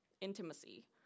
intimacy